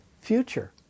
future